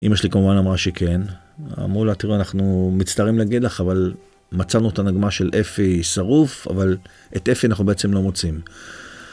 אמא שלי כמובן אמרה שכן, אמרו לה תראי אנחנו מצטערים להגיד לך אבל מצאנו את הנגמ"ש של אפי שרוף, אבל את אפי אנחנו בעצם לא מוצאים.